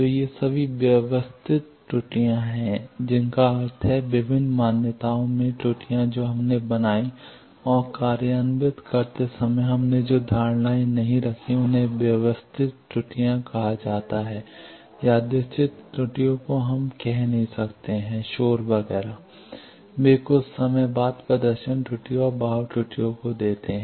तो ये सभी व्यवस्थित त्रुटियां हैं जिनका अर्थ है विभिन्न मान्यताओं में त्रुटियां जो हमने बनाईं और कार्यान्वित करते समय हमने जो धारणाएं नहीं रखीं उन्हें व्यवस्थित त्रुटियां कहा जाता है यादृच्छिक त्रुटियों को हम कह नहीं सकते हैं शोर वगैरह वे कुछ समय बाद प्रदर्शन त्रुटियों और बहाव त्रुटियों को देते हैं